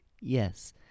Yes